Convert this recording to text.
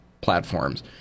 platforms